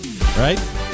right